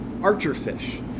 Archerfish